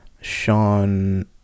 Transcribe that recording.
Sean